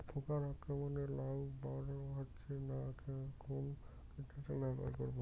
পোকার আক্রমণ এ লাউ বড় হচ্ছে না কোন কীটনাশক ব্যবহার করব?